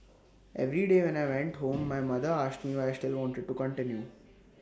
every day when I went home my mother asked me why I still wanted to continue